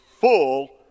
full